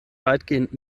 weitgehend